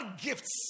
gifts